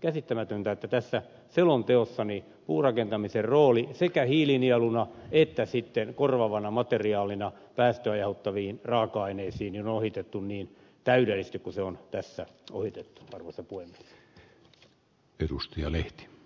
käsittämätöntä että tässä selonteossa puurakentamisen rooli sekä hiilinieluna että sitten korvaavana materiaalina päästöjä aiheuttaviin raaka aineisiin on ohitettu niin täydellisesti kuin se on tässä ohitettu arvoisa puhemies